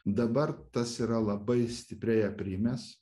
dabar tas yra labai stipriai aprimęs